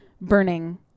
burning